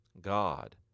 God